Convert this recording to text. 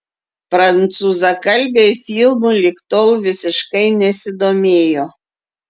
prancūzakalbiai filmu lig tol visiškai nesidomėjo